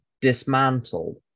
dismantled